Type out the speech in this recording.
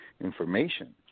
information